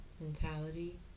mentality